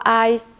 eyes